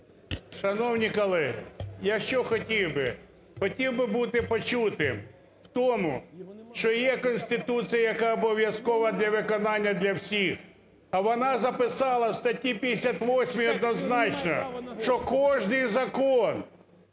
Шановні колеги, я що хотів би, хотів би бути почути в тому, що є Конституція, яка обов'язково для виконання для всіх, а вона записала у статті 58 однозначно, що кожен закон